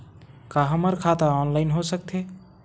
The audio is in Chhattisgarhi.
का हमर खाता ऑनलाइन हो सकथे?